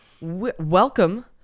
Welcome